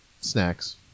snacks